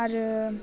आरो